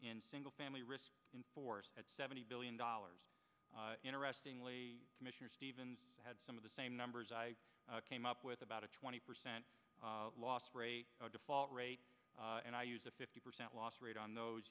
in single family risk in force at seventy billion dollars interestingly commissioner stevens had some of the same numbers i came up with about a twenty percent loss rate default rate and i use a fifty percent loss rate on those